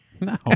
No